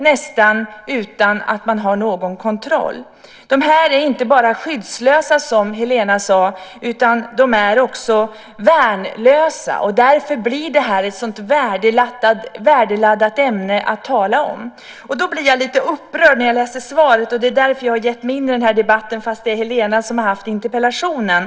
De gamla är inte bara skyddslösa, som Helena sade, utan också värnlösa, och därför blir detta ett så värdeladdat ämne. Jag blir lite upprörd när jag läser svaret, och det är därför som jag har gett mig in i den här debatten, även om det är Helena som har väckt interpellationen.